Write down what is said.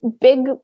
Big